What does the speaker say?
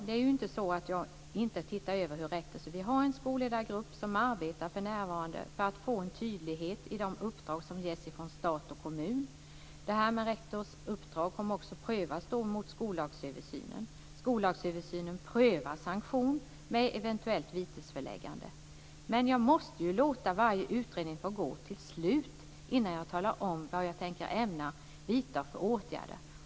Det är inte så att jag inte ser på rektorns roll. Vi har en skolledargrupp som för närvarande arbetar för att få en tydlighet i de uppdrag som ges från stat och kommun. Rektors uppdrag kommer också att prövas mot skollagsöversynen. I skollagsöversynen prövas sanktion med eventuellt vitesförläggande. Men jag måste ju låta varje utredning få avslutas innan jag talar om vad jag ämnar vidta för åtgärder.